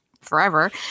forever